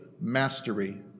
mastery